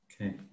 Okay